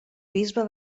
bisbe